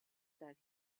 that